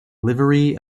livery